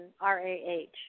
r-a-h